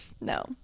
No